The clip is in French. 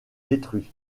détruit